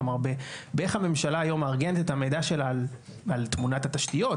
כלומר איך הממשלה היום מארגנת את המידע שלה על תמונת התשתיות,